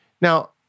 Now